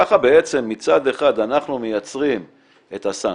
ככה אנחנו בעצם מצד אחד מייצרים את הסנקציה,